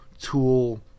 tool